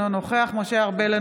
אינו נוכח משה ארבל,